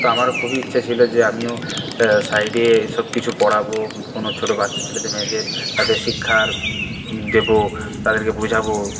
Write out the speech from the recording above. তা আমার খুবই ইচ্ছা ছিল যে আমিও সাইডে এই সবকিছু পড়াবো কোনো ছোটো বাচ্চা ছেলেমেয়েদের তাদের শিক্ষার দেবো তাদেরকে বোঝাবো